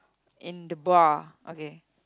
and the bar okay